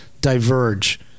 diverge